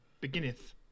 Beginneth